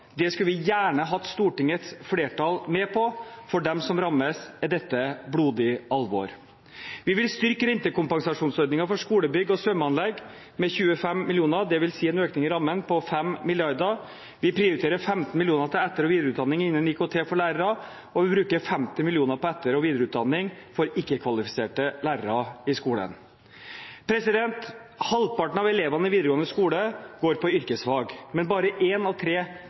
Det skulle vi gjerne hatt Stortingets flertall med på. For dem som rammes, er dette blodig alvor. Vi vil styrke rentekompensasjonsordningen for skolebygg og svømmeanlegg med 25 mill. kr, dvs. en økning i rammen på 5 mrd. kr. Vi prioriterer 15 mill. kr til etter- og videreutdanning innen IKT for lærere, og vi bruker 50 mill. kr på etter- og videreutdanning for ikke-kvalifiserte lærere i skolen. Halvparten av elevene i videregående skole går på yrkesfag, men bare en av tre